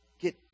get